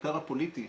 בעיקר הפוליטי,